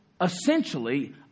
essentially